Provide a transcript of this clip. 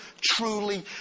truly